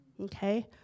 Okay